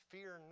Fear